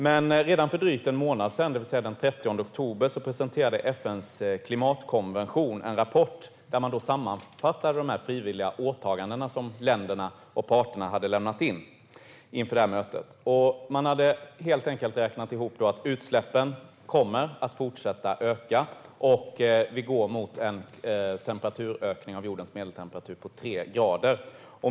Men redan för drygt en månad sedan, det vill säga den 30 oktober, presenterade FN:s klimatkonvention en rapport som sammanfattar de frivilliga åtaganden som länderna och parterna har lämnat in inför mötet. Man hade räknat ihop att utsläppen kommer att fortsätta att öka och att vi går mot en ökning av jordens medeltemperatur med 3 grader.